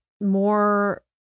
more